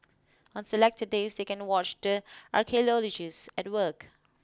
on selected days they can watch the archaeologists at work